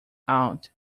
out